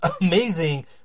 amazing